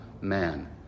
man